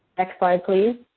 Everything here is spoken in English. next slide, please.